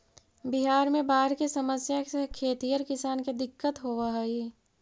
बिहार में बाढ़ के समस्या से खेतिहर किसान के दिक्कत होवऽ हइ